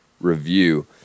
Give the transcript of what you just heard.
review